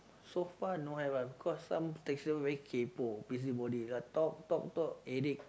so far don't have ah cause some taxi driver very kaypo busybody talk talk talk headache